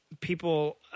people